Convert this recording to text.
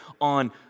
on